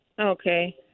Okay